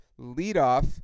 leadoff